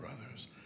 brothers